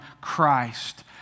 Christ